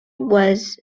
was